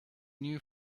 new